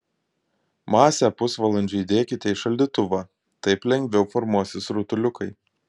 masę pusvalandžiui įdėkite į šaldytuvą taip lengviau formuosis rutuliukai